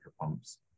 pumps